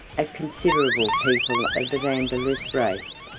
a considerable people of the vandalic race.